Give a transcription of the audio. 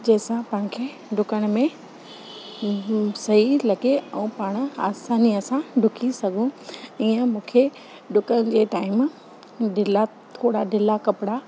जंहिंसां पाण खे डुकण में सई लॻे ऐं पाण आसानीअ सां डुकी सघूं ईअं मूंखे व डुकण जे टाइम ढिला थोरा ढिला कपिड़ा